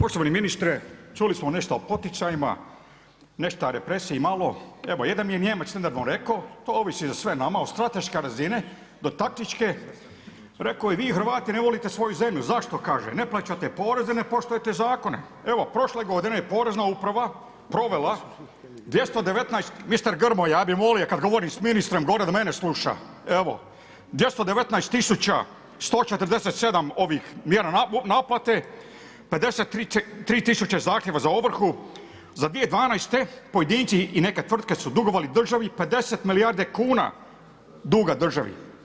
Poštovani ministre čuli smo nešto o poticajima, nešta o represiji malo, evo jedan je Nijemac nedavno reko to ovisi za sve nama o strateška razine do taktičke, reko je vi Hrvati ne volite svoju zemlju, zašto kaže ne plaćate poreze, ne poštujete zakone, evo prošle godine je Porezna uprava provela 219, mister Grmoja ja bi molio kad govorim, smiri se govorim da mene sluša, evo 219.147 ovih mjera naplate, 53 tisuće zahtjeva za ovrhu, za 2012. pojedinci i neke tvrtke su dugovali državi 50 milijardi kuna duga državi.